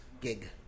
gig